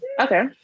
Okay